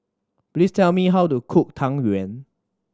please tell me how to cook Tang Yuen